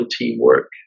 teamwork